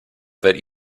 that